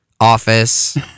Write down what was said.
Office